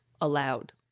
Aloud